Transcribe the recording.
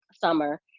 Summer